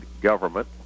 government